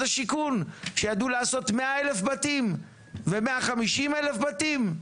השיכון שידעו לעשות 100,000 בתים ו-150,000 בתים?